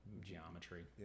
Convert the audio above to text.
geometry